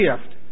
gift